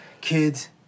Kids